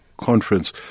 conference